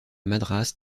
madras